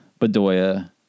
Bedoya